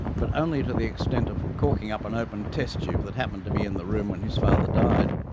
but only to the extent of corking up an open test tube that happened to be in the room when his father died.